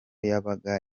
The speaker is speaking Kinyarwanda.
yabaga